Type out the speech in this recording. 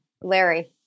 Larry